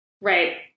right